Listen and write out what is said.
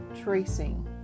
tracing